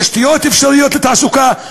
תשתיות אפשריות לתעסוקה,